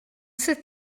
sit